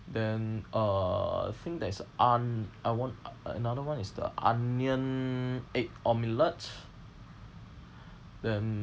then uh I think there is a on~ uh one another one is the onion egg omelette then